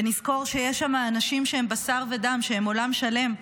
ונזכור שיש שם אנשים שהם בשר ודם, שהם עולם שלם,